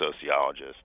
sociologist